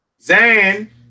Zan